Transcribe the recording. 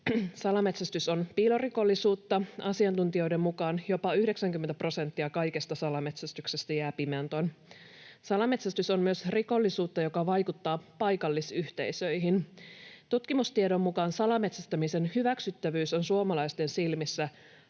Salametsästys on piilorikollisuutta. Asiantuntijoiden mukaan jopa 90 prosenttia kaikesta salametsästyksestä jää pimentoon. Salametsästys on myös rikollisuutta, joka vaikuttaa paikallisyhteisöihin. Tutkimustiedon mukaan salametsästämisen hyväksyttävyys on suomalaisten silmissä